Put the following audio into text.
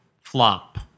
flop